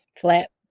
Flat